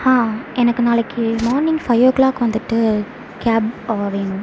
ஆ எனக்கு நாளைக்கு morning five o'clock வந்துவிட்டு கேப் வேணும்